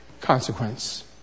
consequence